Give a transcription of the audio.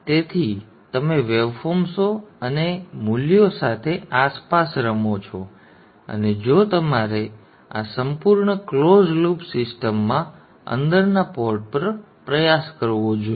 તેથી તમે વેવફોર્મ્સો અને મૂલ્યો સાથે આસપાસ રમો છો અને જો તમારે આ સંપૂર્ણ ક્લોઝ લૂપ સિસ્ટમમાં અંદરના પોર્ટ પર પ્રયાસ કરવો જોઈએ